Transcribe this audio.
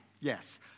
Yes